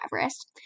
Everest